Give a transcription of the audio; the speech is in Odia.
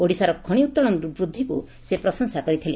ଓଡ଼ିଶାର ଖଣି ଉତ୍ତୋଳନ ବୃଦ୍ଧିକୁ ସେ ପ୍ରଶଂସା କରିଥିଲେ